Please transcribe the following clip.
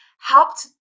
helped